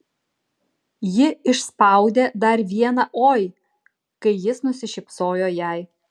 ji išspaudė dar vieną oi kai jis nusišypsojo jai